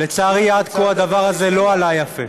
לצערי עד כה הדבר הזה לא עלה יפה.